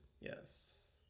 yes